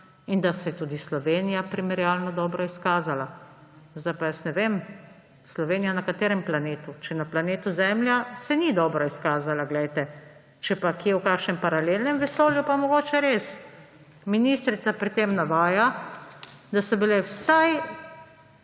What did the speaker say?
in da se je tudi Slovenija primerjalno dobro izkazala. Zdaj pa jaz ne vem – Slovenija na katerem planetu? Če na planetu Zemlja, se ni dobro izkazala, glejte. Če pa kje v kakšnem paralelnem vesolju, pa mogoče res. Ministrica pri tem navaja, da so bile vsaj